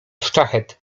sztachet